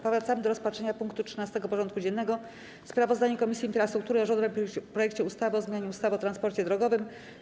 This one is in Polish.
Powracamy do rozpatrzenia punktu 13. porządku dziennego: Sprawozdanie Komisji Infrastruktury o rządowym projekcie ustawy o zmianie ustawy o transporcie drogowym.